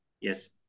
Yes